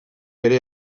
ere